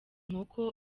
inkoko